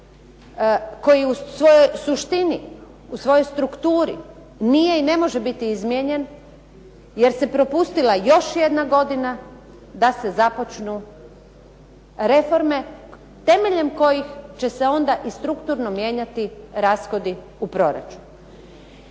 koji u svojoj suštini u svojoj strukturi nije i ne može biti izmijenjen, jer se propustila još jedan godina da se započnu reforme temeljem kojih će se onda i strukturno mijenjati rashodi u proračunu.